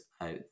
out